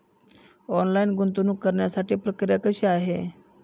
Online गुंतवणूक करण्यासाठी प्रक्रिया कशी आहे?